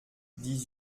dix